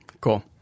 Cool